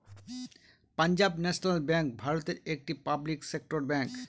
Punjab national bank ভারতের একটি public sector bank